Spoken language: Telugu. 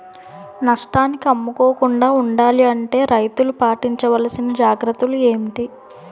నష్టానికి అమ్ముకోకుండా ఉండాలి అంటే రైతులు పాటించవలిసిన జాగ్రత్తలు ఏంటి